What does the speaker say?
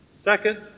Second